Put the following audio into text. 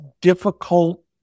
difficult